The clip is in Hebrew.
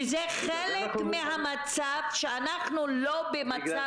זה חלק מהמצב שאנחנו לא במצב רגיל -- בגלל זה